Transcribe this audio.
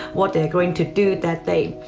what they're going to do that day.